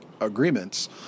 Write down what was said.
agreements